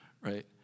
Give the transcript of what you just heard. right